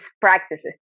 practices